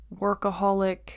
workaholic